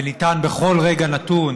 וניתן בכל רגע נתון